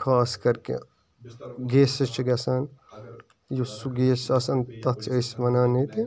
خاص کَر کہِ گیسِز چھِ گَژھان یُس سُہ گیس چھُ آسان تَتھ چھِ أسۍ وَنان ییٚتہِ